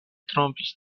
trompis